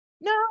No